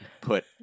put